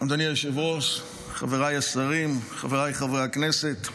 אדוני היושב-ראש, חבריי השרים, חבריי חברי הכנסת,